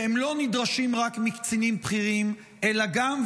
והם לא נדרשים רק מקצינים בכירים אלא גם,